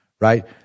Right